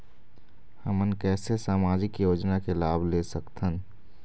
हमन कैसे सामाजिक योजना के लाभ ले सकथन?